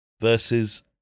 versus